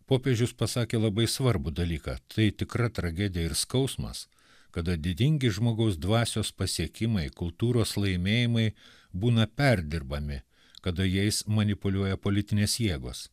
popiežius pasakė labai svarbų dalyką tai tikra tragedija ir skausmas kada didingi žmogaus dvasios pasiekimai kultūros laimėjimai būna perdirbami kada jais manipuliuoja politinės jėgos